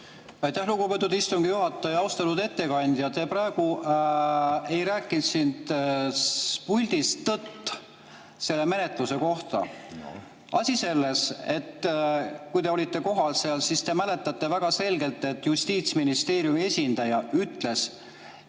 lugupeetud istungi juhataja! Austatud ettekandja! Te praegu ei rääkinud siit puldist tõtt selle menetluse kohta. Asi on selles, et kuna te olite seal kohal, siis te mäletate väga selgelt, et Justiitsministeeriumi esindaja ütles, et